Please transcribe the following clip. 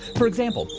for example,